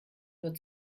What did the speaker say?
nur